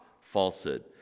falsehood